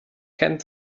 kennt